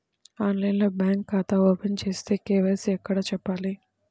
ఆన్లైన్లో బ్యాంకు ఖాతా ఓపెన్ చేస్తే, కే.వై.సి ఎక్కడ చెప్పాలి?